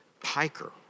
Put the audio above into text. piker